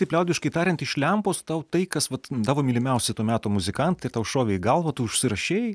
taip liaudiškai tariant iš lempos tau tai kas vat tavo mylimiausi to meto muzikantai tau šovė į galvą tu užsirašei